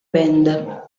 band